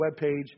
webpage